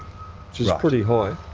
pretty high.